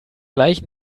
gleich